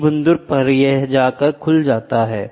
एक बिंदु पर यह खुल जाएगा